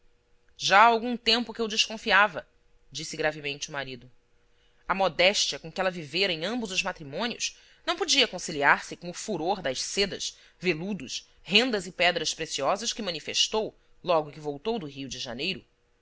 já há algum tempo que eu desconfiava disse gravemente o marido a modéstia com que ela vivera em ambos os matrimônios não podia conciliar se com o furor das sedas veludos rendas e pedras preciosas que manifestou logo que voltou do rio de janeiro